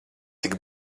tik